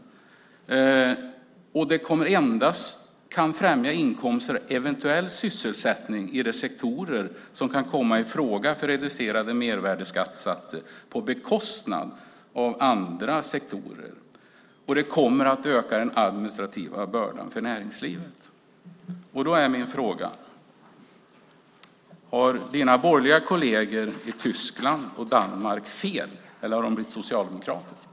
Vidare skriver man att det endast kan främja inkomster och eventuellt sysselsättning i de sektorer som kan komma i fråga för reducerade mervärdesskattesatser på bekostnad av andra sektorer, och att det kommer att öka den administrativa bördan för näringslivet. Min fråga är: Har dina borgerliga kolleger i Tyskland och Danmark fel eller har de blivit socialdemokrater?